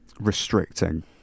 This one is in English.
restricting